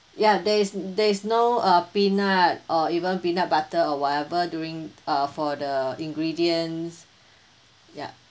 ya there is there is no uh peanut or even peanut butter or whatever during uh for the ingredients ya